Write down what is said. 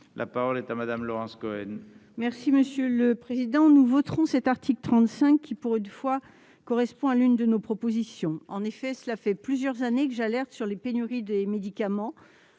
La parole est à Mme Laurence Cohen, sur l'article. Nous voterons cet article qui, pour une fois, correspond à l'une de nos propositions. En effet, cela fait plusieurs années que je lance l'alerte sur les pénuries de médicaments.